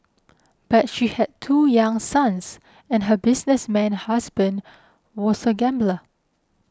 but she had two young sons and her businessman husband was a gambler